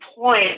point